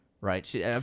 right